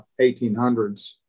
1800s